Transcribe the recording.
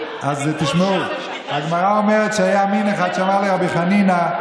אלי אבידר,